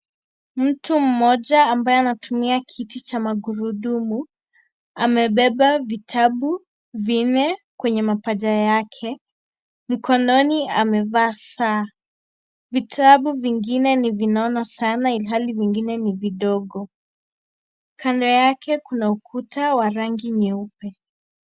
Mtu mmoja ambaye anatumia kiti cha magurudumu amebeba vitabu vinne kwenye mapaja yake mkononi amevaa saa vitabu vingine ni vinono sana ilihali vingine ni vidogo kando yake kuna ukuta wa rangi nyeupe.